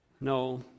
No